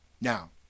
Now